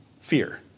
fear